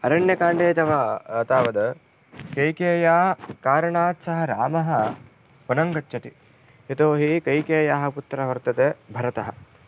अरण्यकाण्डे तव तावद् कैकेय्याः कारणात् सः रामः वनं गच्छति यतोहि कैकेय्याः पुत्रः वर्तते भरतः